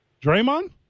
Draymond